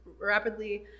rapidly